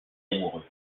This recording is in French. amoureux